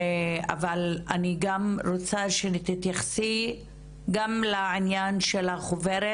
אבל אני גם רוצה שתתייחסי גם לעניין של החוברת.